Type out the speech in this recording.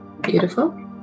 beautiful